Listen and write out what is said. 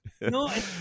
No